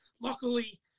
Luckily